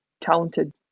talented